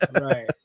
Right